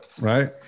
right